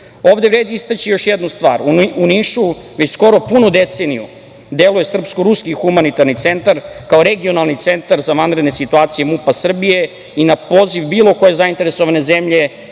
EU.Ovde treba istaći još jednu stvar. U Nišu, već skoro punu deceniju, deluju Srpsko-ruski humanitarni centar, kao regionalni centar za vanredne situacije MUP-a Srbije i na poziv bilo koje zainteresovane zemlje